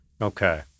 Okay